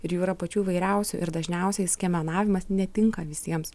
ir jų yra pačių įvairiausių ir dažniausiai skiemenavimas netinka visiems